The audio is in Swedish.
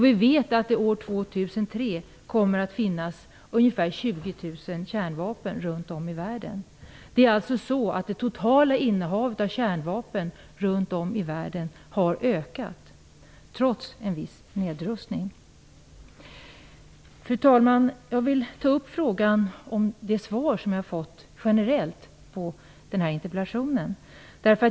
Vi vet att det år 2003 kommer att finnas ungefär 20 000 kärnvapen runt om i världen. Det totala innehavet av kärnvapen runt om i världen har alltså ökat, trots en viss nedrustning. Fru talman! Jag vill ta upp frågan om det svar som jag har fått generellt på den här interpellationen.